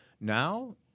Now